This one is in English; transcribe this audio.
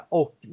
och